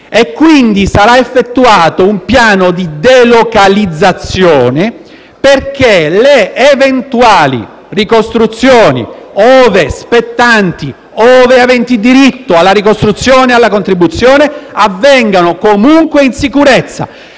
e quindi sarà effettuato un piano di delocalizzazione perché le eventuali ricostruzioni, ove spettanti, ove aventi diritto alla ricostruzione e alla contribuzione, avvengano comunque in sicurezza.